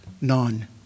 None